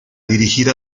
dirigir